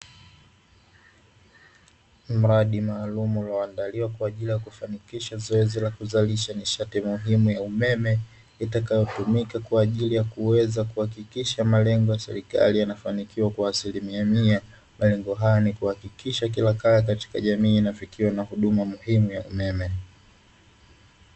Mradi maalumu ulioandaliwa kwa ajili ya kufanikisha zoezi la kuzalisha nishati muhimu ya umeme itakayotumika kwa ajili ya kuweza kuhakikisha malengo ya serikali yanafanikiwa kwa asilimia mia; malengo hayo ni kuhakikisha kila kaya katika jamii inafikiwa na huduma muhimu ya umeme.